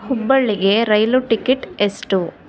ಹುಬ್ಬಳ್ಳಿಗೆ ರೈಲು ಟಿಕೆಟ್ ಎಷ್ಟು